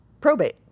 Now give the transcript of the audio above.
probate